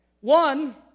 One